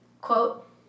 quote